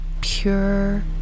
pure